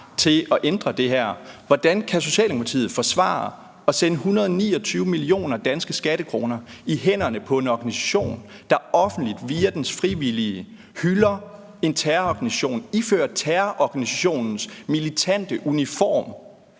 til at ændre det her. Hvordan kan Socialdemokratiet forsvare at sende 129 millioner danske skattekroner i hænderne på en organisation, der offentligt via dens frivillige hylder en terrororganisation iført terrororganisationens militante uniform?